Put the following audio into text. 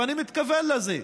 ואני מתכוון לזה.